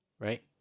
right